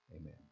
amen